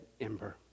ember